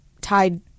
tied